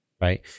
right